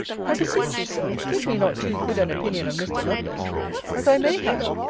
i beseech you, sir, give me not too good an opinion of mr. lovelace as i may have,